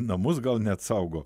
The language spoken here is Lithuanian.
namus gal net saugo